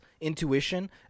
intuition